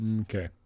Okay